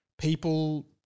people